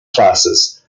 classes